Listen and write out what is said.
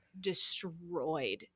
destroyed